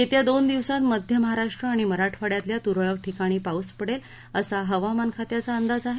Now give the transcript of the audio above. येत्या दोन दिवसात मध्य महाराष्ट्र आणि मराठवाडयातल्या तुरळक ठिकाणी पाऊस पडेल असा हवामान खात्याचा अंदाज आहे